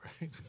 Right